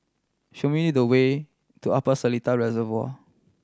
show me the way to Upper Seletar Reservoir